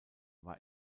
war